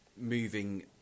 moving